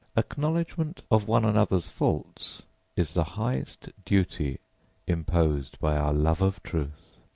acknowledgement of one another's faults is the highest duty imposed by our love of truth.